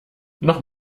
noch